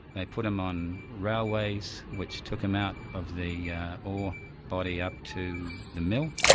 they put them on railways which took them out of the ore body up to the mill.